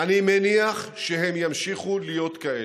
אני מניח שהן ימשיכו להיות כאלה.